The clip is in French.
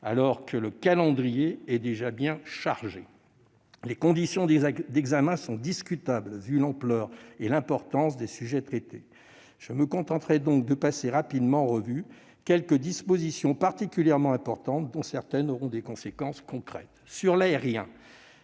alors que le calendrier est déjà bien chargé. Les conditions d'examen sont discutables, vu l'ampleur et l'importance des sujets traités. Je me contenterai donc de passer rapidement en revue quelques dispositions particulièrement importantes, dont certaines auront des conséquences concrètes. Sur l'aérien,